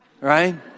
Right